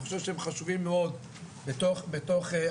אני חושב שהם חשובים מאוד בתוך השיח.